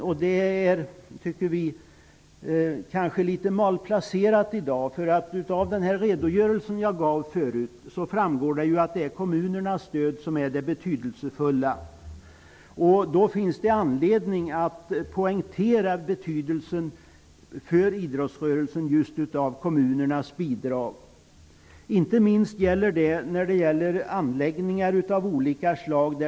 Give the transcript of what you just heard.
Vi tycker nog att det är litet malplacerat i dag. Av den redogörelse som jag gav förut framgick att det är det kommunala stödet som är betydelsefullt. Det finns anledning att poängtera betydelsen av kommunernas bidrag för idrottsrörelsen. Det gäller inte minst anläggningar av olika slag.